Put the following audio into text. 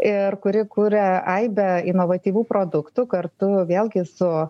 ir kuri kuria aibę inovatyvių produktų kartu vėlgi su